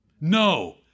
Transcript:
No